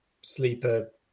sleeper